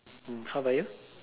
mm how about you